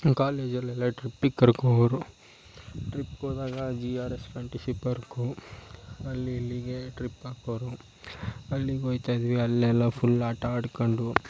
ಕಾಲೇಜಲೆಲ್ಲ ಟ್ರಿಪ್ಪಿಗೆ ಕರ್ಕೊ ಹೋಗೋರು ಟ್ರಿಪ್ಗೆ ಹೋದಾಗ G R S fantasy park ಅಲ್ಲಿ ಇಲ್ಲಿಗೆ ಟ್ರಿಪ್ ಹಾಕೋರು ಅಲ್ಲಿಗೆ ಹೋಗ್ತಾಯಿದ್ವಿ ಅಲ್ಲೆಲ್ಲ ಫುಲ್ ಆಟ ಆಡ್ಕೊಂಡು